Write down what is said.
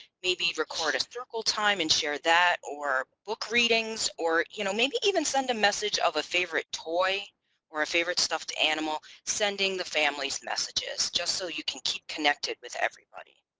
maybe record a circle time and share that or book readings or you know maybe even send a message of a favorite toy or a favorite stuffed animal sending the families messages just so you can keep connected with everybody.